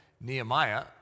Nehemiah